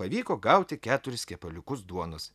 pavyko gauti keturis kepaliukus duonos